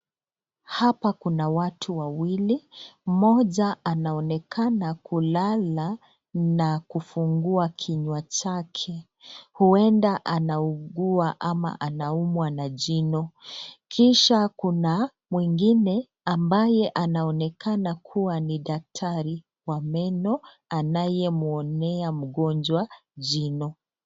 Hapa Kuna watu wawili. Mmoja anaonekana kulala na kufugua kinywa chake. Uenda anaugua ama anaumwa na jino. Kisha kuna mwingine ambaye anaonekana kuwa ni daktari wa meno anayemwonea mgonjwa jino.